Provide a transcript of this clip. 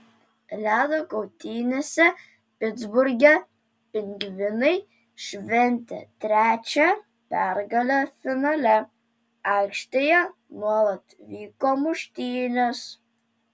ledo kautynėse pitsburge pingvinai šventė trečią pergalę finale aikštėje nuolat vyko muštynės